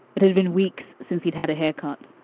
it had been weeks since he'd had a haircut,